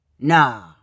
Nah